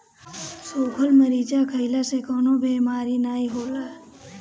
सुखल मरीचा खईला से कवनो बेमारी नाइ होला